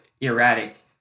erratic